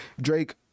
Drake